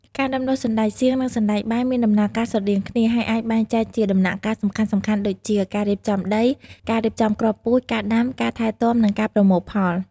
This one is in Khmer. ការដាំដុះសណ្ដែកសៀងនិងសណ្ដែកបាយមានដំណើរការស្រដៀងគ្នា ហើយអាចបែងចែកជាដំណាក់កាលសំខាន់ៗដូចជា ការរៀបចំដី ការរៀបចំគ្រាប់ពូជ ការដាំ ការថែទាំ និងការប្រមូលផល។